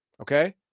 Okay